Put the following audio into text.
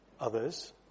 others